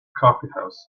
coffeehouse